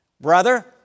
Brother